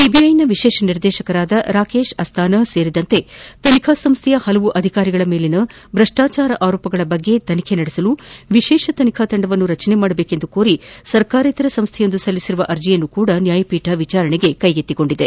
ಸಿಬಿಐನ ವಿಶೇಷ ನಿರ್ದೇಶಕರಾದ ರಾಕೇಶ್ ಅಸ್ತಾನಾ ಸೇರಿದಂತೆ ತನಿಖಾ ಸಂಸ್ದೆಯ ಹಲವು ಅಧಿಕಾರಿಗಳ ಮೇಲಿನ ಭ್ರಷ್ಟಾಚಾರ ಆರೋಪಗಳ ಬಗ್ಗೆ ತನಿಖೆ ನಡೆಸಲು ವಿಶೇಷ ತನಿಖಾ ತಂಡವನ್ನು ರಚಿಸುವಂತೆ ಕೋರಿ ಸರ್ಕಾರೇತರ ಸಂಸ್ಡೆಯೊಂದು ಸಲ್ಲಿಸಿರುವ ಅರ್ಜಿಯನ್ನೂ ಸಹ ನ್ಯಾಯಪೀಠ ವಿಚಾರಣೆಗೆ ಕೈಗೆತ್ತಿಕೊಂಡಿದೆ